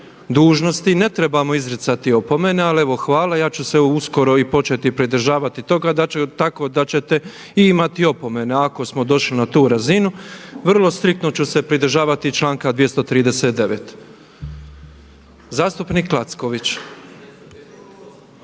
dužnosti ne trebamo izricati opomene. Ali evo hvala. Ja ću se uskoro i početi pridržavati toga, tako da ćete imati opomene. Ako smo došli na tu razinu vrlo striktno ću se pridržavati članka 239. Zastupnik Lacković.